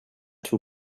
two